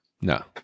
No